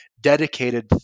dedicated